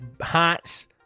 hats